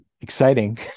Exciting